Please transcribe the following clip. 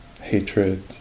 hatred